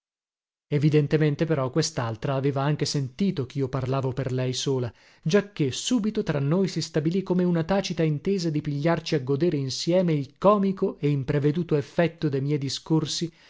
evidentemente però questaltra aveva anche sentito chio parlavo per lei sola giacché subito tra noi si stabilì come una tacita intesa di pigliarci a godere insieme il comico e impreveduto effetto de miei discorsi